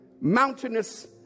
mountainous